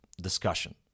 discussion